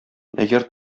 әгәр